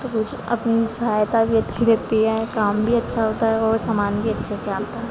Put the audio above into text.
कुछ अपनी सहायता भी अच्छी रहती है काम भी अच्छा होता है ओर सामान भी अच्छे से आता है